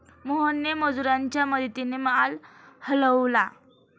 मोहनने मजुरांच्या मदतीने माल हलवला